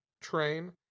train